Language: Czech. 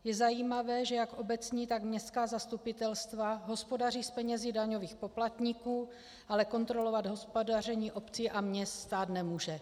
Je zajímavé, že jak obecní, tak městská zastupitelstva hospodaří s penězi daňových poplatníků, ale kontrolovat hospodaření obcí a měst stát nemůže.